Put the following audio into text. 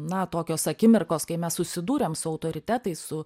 na tokios akimirkos kai mes susidūrėm su autoritetais su